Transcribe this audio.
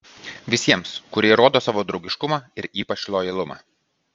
visiems kurie įrodo savo draugiškumą ir ypač lojalumą